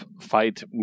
fight